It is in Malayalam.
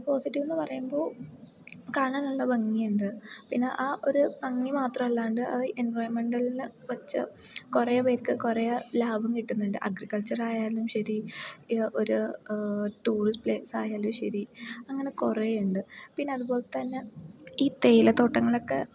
പോസിറ്റീവെന്നു പറയുമ്പോൾ കാണാൻ നല്ല ഭംഗിയുണ്ട് പിന്നെ ആ ഒരു ഭംഗി മാത്രമല്ലാണ്ട് അത് എൻവയൺമെൻറ്റൽ എന്നു വെച്ച് കുറേ പേർക്ക് കുറേ ലാഭം കിട്ടുന്നുണ്ട് അഗ്രിക്കൾച്ചറായാലും ശരി ഒരു ടൂറിസ്റ്റ് പ്ലേസ്സായാലും ശരി അങ്ങനെ കുറേ ഉണ്ട് പിന്നെ അതു പോലെ തന്നെ ഈ തേയിലത്തോട്ടങ്ങളൊക്കെ